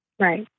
Right